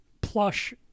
plush